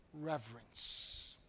reverence